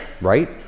right